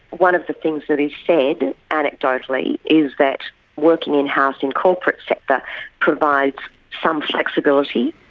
one of the things that is said anecdotally is that working in-house in corporate sector provides some flexibility,